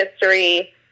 history